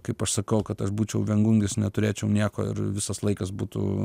kaip aš sakau kad aš būčiau viengungis neturėčiau nieko ir visas laikas būtų